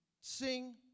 sing